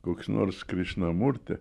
koks nors krišnamurti